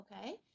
Okay